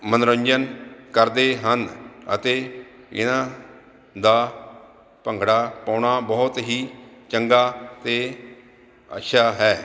ਮਨੋਰੰਜਨ ਕਰਦੇ ਹਨ ਅਤੇ ਇਹਨਾਂ ਦਾ ਭੰਗੜਾ ਪਾਉਣਾ ਬਹੁਤ ਹੀ ਚੰਗਾ ਅਤੇ ਅੱਛਾ ਹੈ